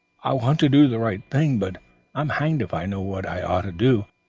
i want to do the right thing, but i'm hanged if i know what i ought to do.